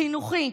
חינוכי,